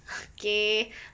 okay